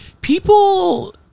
People